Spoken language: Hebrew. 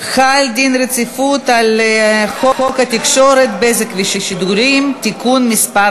רצונה להחיל דין רציפות על הצעת חוק התקשורת (בזק ושידורים) (תיקון מס'